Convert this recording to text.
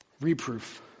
reproof